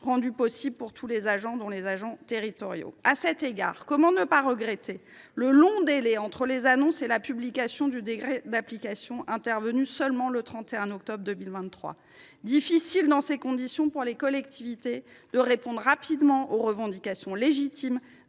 rendue possible pour tous les agents, dont les agents territoriaux. À cet égard, comment ne pas regretter qu’il y ait eu un aussi long délai entre les annonces et la publication du décret d’application, intervenue seulement le 31 octobre 2023 ? Dans ces conditions, il est difficile, pour les collectivités, de répondre rapidement aux revendications légitimes